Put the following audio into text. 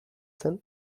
zen